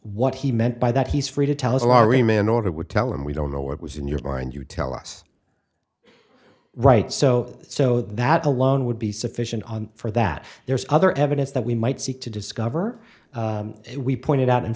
what he meant by that he's free to tell us a lhari him in order would tell him we don't know what was in your mind you tell us right so so that alone would be sufficient for that there's other evidence that we might seek to discover if we pointed out